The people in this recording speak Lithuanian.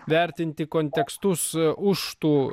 vertinti kontekstus už tų